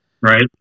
Right